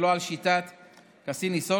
ולא על שיטת קסיני-סולדנר,